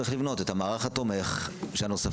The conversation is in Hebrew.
צריך לבנות את המערך התומך הנוספים,